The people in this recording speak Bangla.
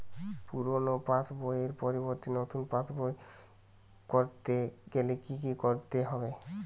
পুরানো পাশবইয়ের পরিবর্তে নতুন পাশবই ক রতে গেলে কি কি করতে হবে?